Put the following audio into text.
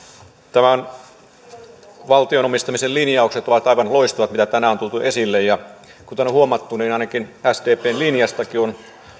nämä valtion omistamisen linjaukset ovat aivan loistavat joita tänään on tuotu esille kuten on huomattu niin ainakin sdpn linjastakin on